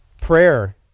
prayer